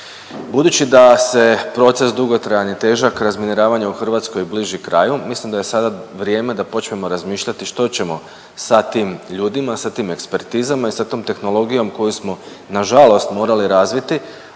Budući da se proces, dugotrajan i težak, razminiravanja u Hrvatskoj bliži kraju, mislim da je sada vrijeme da počnemo razmišljati što ćemo sa tim ljudima, sa tim ekspertizama i sa tom tehnologijom koju smo nažalost morali razviti,